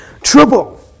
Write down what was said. trouble